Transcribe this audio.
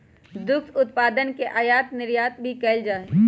दुध उत्पादन के आयात निर्यात भी कइल जा हई